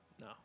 No